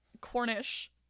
Cornish